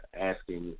asking